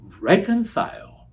reconcile